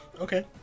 Okay